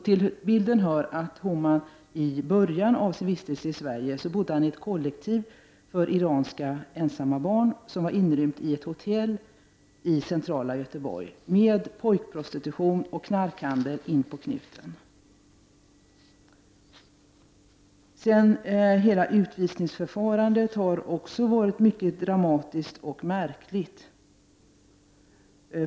Till bilden hör att Homan Yousefi i början av sin vistelse i Sverige bodde i ett kollektiv för iranska ensamma barn som var inrymt i ett hotell i centrala Göteborg. Pojkprostitution och knarkhandel förekom inpå knuten. Hela utvisningsförfarandet har varit mycket dramatiskt och märkligt.